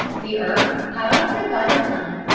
the earth, piloted by the sun,